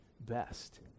best